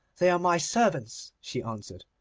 they are my servants she answered.